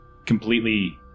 Completely